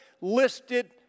listed